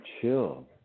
chill